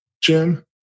Jim